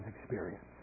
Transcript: experience